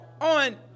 on